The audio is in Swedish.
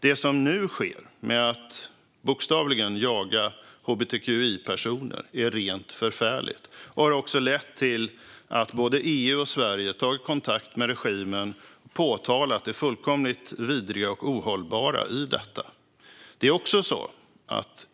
Det som nu sker, där man bokstavligen jagar hbtqi-personer, är rent förfärligt och har också lett till att både EU och Sverige har tagit kontakt med regimen och påtalat det fullkomligt vidriga och ohållbara i detta.